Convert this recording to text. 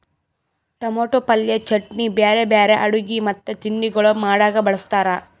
tomato ಪಲ್ಯ, ಚಟ್ನಿ, ಬ್ಯಾರೆ ಬ್ಯಾರೆ ಅಡುಗಿ ಮತ್ತ ತಿಂಡಿಗೊಳ್ ಮಾಡಾಗ್ ಬಳ್ಸತಾರ್